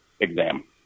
exam